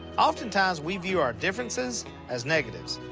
oftentimes, we view our differences as negatives,